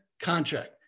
contract